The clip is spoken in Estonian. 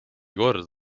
kord